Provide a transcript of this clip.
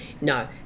No